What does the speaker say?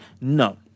No